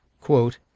quote